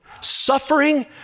suffering